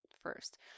first